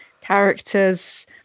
characters